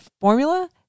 formula